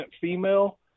female